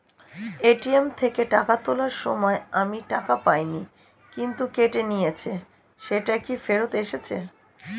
ATM থেকে টাকা তোলার সময় আমি টাকা পাইনি কিন্তু কেটে নিয়েছে সেটা কি ফেরত এসেছে?